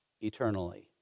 eternally